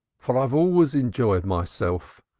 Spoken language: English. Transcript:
for i have always enjoyed myself.